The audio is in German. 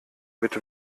mit